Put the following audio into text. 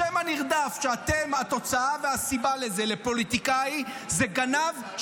אתם התוצאה והסיבה לזה שהשם הנרדף לפוליטיקאי הוא גנב,